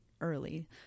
early